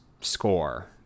score